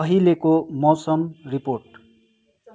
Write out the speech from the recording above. अहिलेको मौसम रिपोर्ट